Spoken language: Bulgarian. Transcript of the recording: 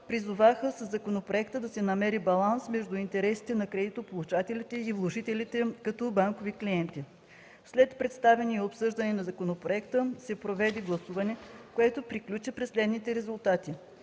призоваха със законопроекта да се намери баланс между интересите на кредитополучателите и вложителите като банкови клиенти. След представяне и обсъждане на законопроекта се проведе гласуване, което приключи при следните резултати: